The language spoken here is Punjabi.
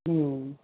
ਹੂੰ